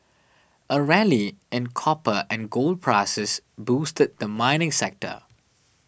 a rally in copper and gold prices boosted the mining sector